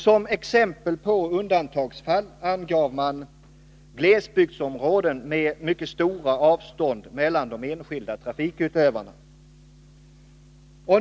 Som exempel på undantagsfall angav man glesbygdsområden med mycket stora avstånd mellan de enskilda trafikutövarna.